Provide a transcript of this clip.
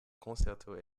concerto